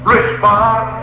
Respond